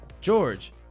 George